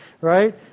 right